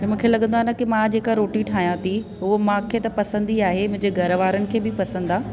त मुखे लॻंदो आ न कि मां जेका रोटी ठाहियां थी उहो मूंखे त पसंदि ई आहे मुंहिंजे घरवारनि खे बि पसंदि आहे